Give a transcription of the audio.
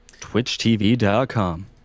TwitchTV.com